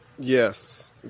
Yes